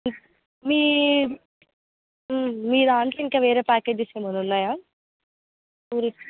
మీ మీ దాంట్లో ఇంకా వేరే ప్యాకేజెస్ ఏమైనా ఉన్నాయా మీరు